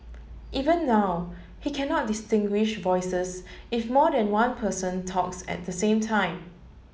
even now he cannot distinguish voices if more than one person talks at the same time